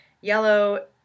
yellow